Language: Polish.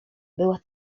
była